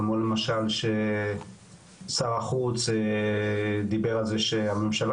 כמו למשל ששר החוץ דיבר על זה שהממשלה